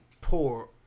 poor